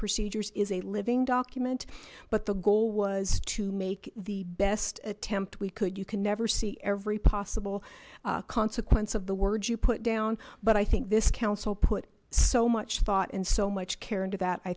procedures is a living document but the goal was to make the best attempt we could you can never see every possible consequence of the words you put down but i think this council put so much thought and so much care into that i